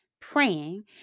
praying